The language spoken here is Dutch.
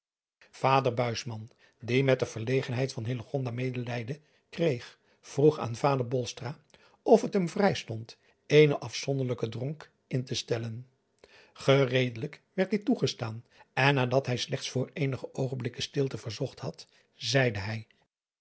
ader die met de verlegenheid van medelij den kreeg vroeg aan vader of het hem vrij stond eene afzonderlijken dronk in te stellen ereedelijk werd dit toegestaan en nadat hij slechts voor eenige oogenblikken stilte verzocht had zeide hij